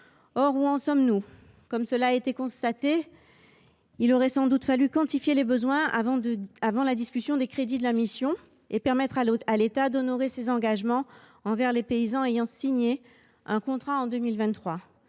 Où en sommes nous aujourd’hui ? Comme cela a été dit, il aurait sans doute fallu quantifier les besoins avant la discussion des crédits de la mission pour permettre à l’État d’honorer ses engagements envers les paysans ayant signé un contrat en 2023.